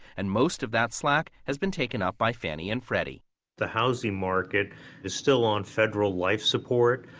and most of that slack has been taken up by fannie and freddie the housing market is still on federal life support.